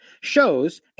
shows